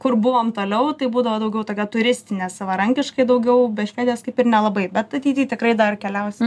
kur buvom toliau tai būdavo daugiau tokia turistinė savarankiškai daugiau be švedijos kaip ir nelabai bet ateity tikrai dar keliausim